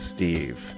Steve